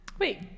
Wait